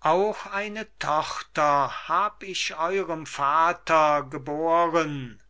auch eine tochter hat ich eurem vater geboren